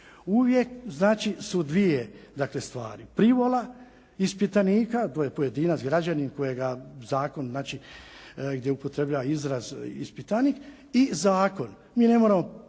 dvije dakle stvari, privola ispitanika, to je pojedinac građanin kojega zakon gdje upotrebljava izraz ispitanik i zakon. Mi ne moramo